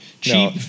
cheap